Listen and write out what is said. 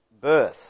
birth